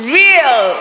real